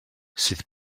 sydd